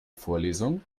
vorlesung